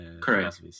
Correct